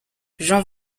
jean